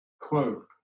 quote